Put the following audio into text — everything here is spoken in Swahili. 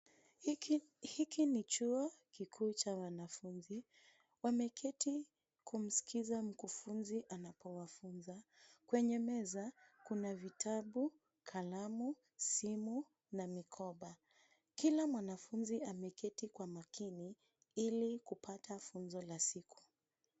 Hiki ni chuo kikuu cha wanafunzi. Wameketi kumskiza mkufunzi anapowafunza. Kwenye meza kuna vitabu, kalamu, simu na mikoba . Kila mwanafunzi ameketi kwa makini ili kupata funzo la siku.